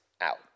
out